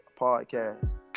Podcast